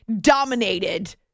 dominated